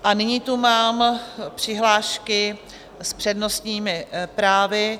A nyní tu mám přihlášky s přednostními právy.